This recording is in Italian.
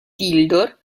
tildor